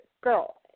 girl